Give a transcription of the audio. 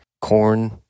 corn